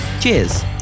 Cheers